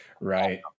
right